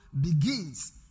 begins